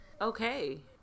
Okay